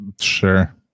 sure